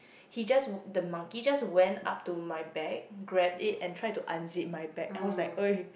he just w~ the monkey just went up to my bag grabbed it and try to unzip my bag I was like !oi!